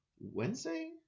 wednesday